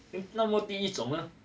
那么第一种呢